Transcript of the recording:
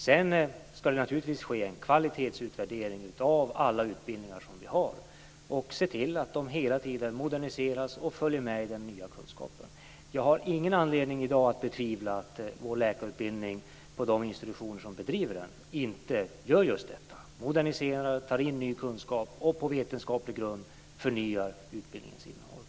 Det ska naturligtvis ske en kvalitetsutvärdering av alla utbildningar som vi har. Vi ska se till att de hela tiden moderniseras och följer med i den nya kunskapen. Jag har i dag ingen anledning att betvivla att man på vår läkarutbildning, på de institutioner som bedriver den, gör just detta, dvs. moderniserar, tar in ny kunskap och på vetenskaplig grund förnyar utbildningens innehåll.